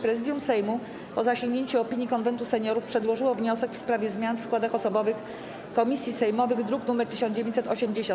Prezydium Sejmu, po zasięgnięciu opinii Konwentu Seniorów, przedłożyło wniosek w sprawie zmian w składach osobowych komisji sejmowych, druk nr 1980.